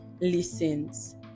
listens